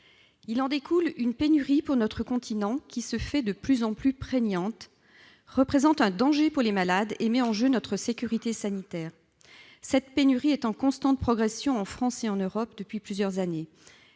découle une pénurie pour notre continent, qui se fait de plus en plus prégnante, représente un danger pour les malades et met en jeu notre sécurité sanitaire. Cette pénurie est en constante progression en France et en Europe depuis plusieurs années.